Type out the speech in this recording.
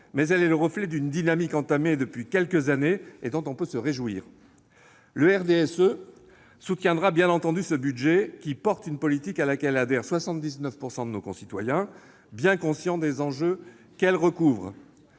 mais elle est le reflet d'une dynamique entamée depuis quelques années, et dont on peut se réjouir. Le RDSE soutiendra bien entendu ce budget qui reflète une politique à laquelle adhèrent 79 % de nos concitoyens, bien conscients des enjeux qu'elle recouvre.